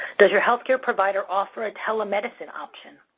does your health care provider offer a telemedicine option?